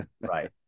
right